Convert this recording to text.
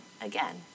again